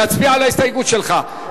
להצביע על ההסתייגות שלך.